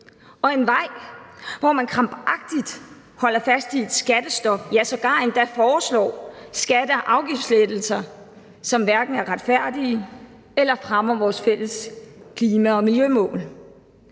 og en vej, hvor man krampagtigt holder fast i et skattestop, ja sågar endda foreslår skatte- og afgiftslettelser, som hverken er retfærdige eller fremmer vores fælles klima- og miljømål.